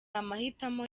amahitamo